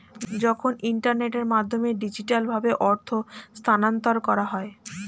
যখন ইন্টারনেটের মাধ্যমে ডিজিটালভাবে অর্থ স্থানান্তর করা হয়